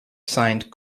signed